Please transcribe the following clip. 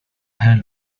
having